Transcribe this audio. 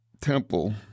Temple